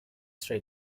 sri